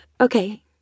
okay